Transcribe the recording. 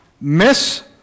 miss